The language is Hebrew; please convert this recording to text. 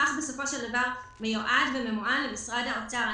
המסמך בסופו של דבר מיועד וממוען למשרד האוצר.